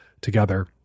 together